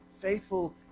Faithful